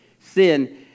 sin